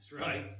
right